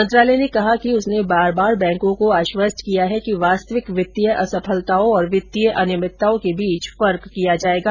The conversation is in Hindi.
मंत्रालय ने कहा कि उसने बार बार बैंकों को आश्वस्त किया है कि वास्तविक वित्तीय असफलताओं और वित्तीय अनियमित्ताओं के बीच फर्क किया जायेगा